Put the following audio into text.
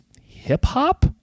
hip-hop